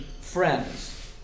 friends